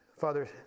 Father